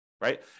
right